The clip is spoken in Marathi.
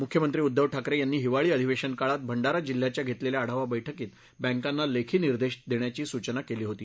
मुख्यमंत्री उद्दव ठाकरे यांनी हिवाळी अधिवेशन काळात भंडारा जिल्ह्याच्या घेतलेल्या आढावा बैठकीत बँकांना लेखी निर्देश देण्याची सूचना केली होती